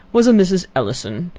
was a mrs. ellison,